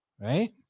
right